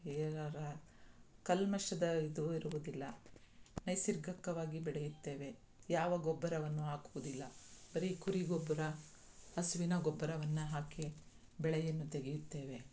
ಏರಾರ ಕಲ್ಮಶದ ಇದು ಇರುವುದಿಲ್ಲ ನೈಸರ್ಗಿಕವಾಗಿ ಬೆಳೆಯುತ್ತೇವೆ ಯಾವ ಗೊಬ್ಬರವನ್ನೂ ಹಾಕುವುದಿಲ್ಲ ಬರೀ ಕುರಿ ಗೊಬ್ಬರ ಹಸುವಿನ ಗೊಬ್ಬರವನ್ನು ಹಾಕಿ ಬೆಳೆಯನ್ನು ತೆಗೆಯುತ್ತೇವೆ